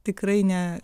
tikrai ne